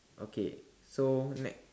okay so next